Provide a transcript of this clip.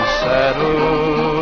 saddle